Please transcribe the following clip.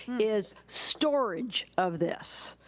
is storage of this.